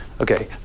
Okay